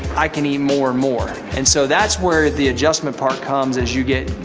i can eat more and more and so that's where the adjustment part comes as you get,